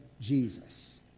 Jesus